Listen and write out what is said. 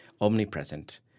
omnipresent